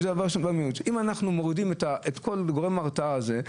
אם אנחנו מורידים את כל גורם ההרתעה הזה,